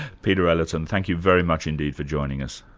peter ellerton, thank you very much indeed for joining us.